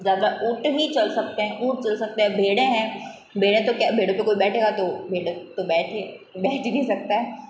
ज़्यादा ऊँट ही चल सकते हैं ऊँट चल सकते हैं भेड़ें हैं भेड़े तो क्या भेड़े तो कोई बैठेगा तो बैठे तो बैठ ही नहीं सकता है